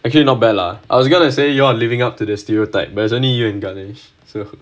actually not bad lah I was gonna say you all are living up to the stereotype but is only you and ganesh so